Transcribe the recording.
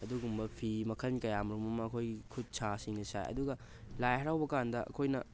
ꯑꯗꯨꯒꯨꯝꯕ ꯐꯤ ꯃꯈꯜ ꯀꯌꯥ ꯃꯔꯨꯝ ꯑꯃ ꯑꯩꯈꯣꯏꯒꯤ ꯈꯨꯠ ꯁꯥ ꯁꯤꯡꯅ ꯁꯥꯏ ꯑꯗꯨꯒ ꯂꯥꯏ ꯍꯔꯥꯎꯕ ꯀꯥꯟꯗ ꯑꯩꯈꯣꯏꯅ